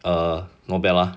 err no bad lah